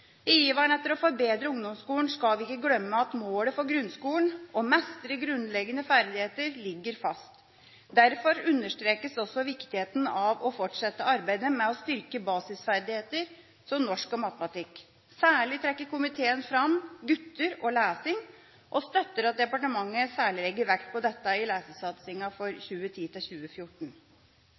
I iveren etter å forbedre ungdomsskolen skal vi ikke glemme at målet for grunnskolen, å mestre grunnleggende ferdigheter, ligger fast. Derfor understrekes også viktigheten av å fortsette arbeidet med å styrke basisferdigheter som norsk og matematikk. Særlig trekker komiteen fram gutter og lesing og støtter at departementet legger særlig vekt på dette i lesesatsingen for